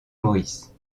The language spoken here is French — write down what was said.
maurice